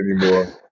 anymore